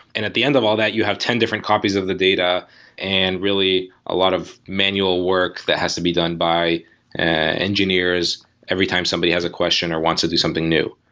and at the end of all that you have ten different copies of the data and really a lot of manual work that has to be done by engineers every time somebody has a question or want to do something new.